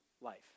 life